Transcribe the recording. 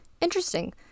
Interesting